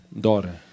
daughter